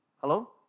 Hello